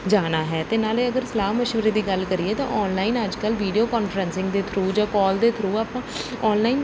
ਜਾਣਾ ਹੈ ਅਤੇ ਨਾਲੇ ਅਗਰ ਸਲਾਹ ਮਸ਼ਵਰੇ ਦੀ ਗੱਲ ਕਰੀਏ ਤਾਂ ਔਨਲਾਈਨ ਅੱਜ ਕੱਲ੍ਹ ਵੀਡੀਓ ਕੋਂਨਫ੍ਰੈਂਸਿੰਗ ਦੇ ਥਰੂ ਜਾਂ ਕੌਲ ਦੇ ਥਰੂ ਆਪਾਂ ਔਨਲਾਈਨ